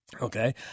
Okay